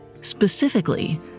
Specifically